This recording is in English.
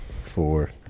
four